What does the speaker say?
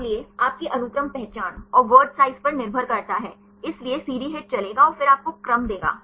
इसलिए आपकी अनुक्रम पहचान और वर्ड साइज पर निर्भर करता है इसलिए CD HIT चलेगा और फिर आपको क्रम देगा